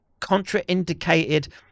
contraindicated